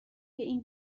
این